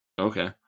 Okay